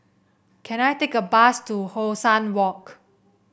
can I take a bus to How Sun Walk